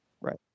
Right